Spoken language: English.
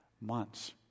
months